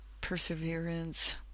perseverance